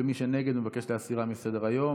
ומי שנגד מבקש להסירה מסדר-היום.